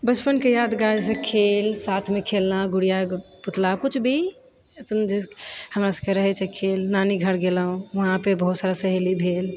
बचपनके यादगार खेल साथमे खेलना गुड़िया पुतला किछु भी अइसन चीज हमरा सबके रहै छै खेल नानी घर गेलहुँ ओतऽ बहुत सारा सहेली भेल